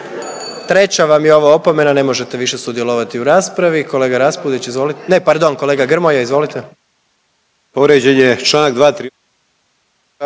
treća vam je ovo opomena. Ne možete više sudjelovati u raspravi. Kolega Raspudić izvolite.